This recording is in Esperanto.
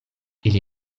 ili